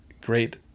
great